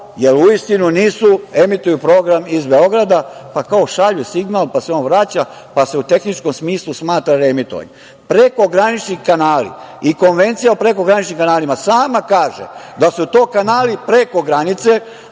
jer uistinu nisu, emituju program iz Beograda, pa kao šalju signal, pa se on vraća, pa se u tehničkom smislu smatra reemitovanjem. Prekogranični kanali i Konvencija o prekograničnim kanalima sama kaže da su to kanali preko granice,